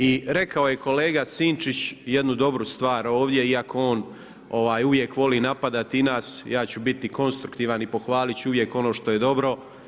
I rekao je kolega Sinčić jednu dobru stvar ovdje iako on uvijek voli napadati i nas, ja ću biti konstruktivan i pohvalit ću uvijek ono što je dobro.